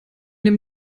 dem